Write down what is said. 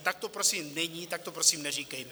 Tak to prosím není, tak to prosím neříkejme.